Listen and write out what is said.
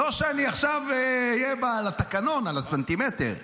לא שאני עכשיו אהיה על התקנון, על הסנטימטר,